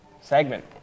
segment